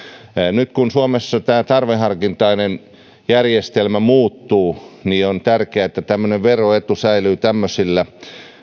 nyt kun suomessa tämä tarveharkintainen järjestelmä muuttuu on tärkeää että tämmöinen veroetu säilyy tämmöisillä